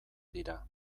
dira